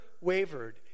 wavered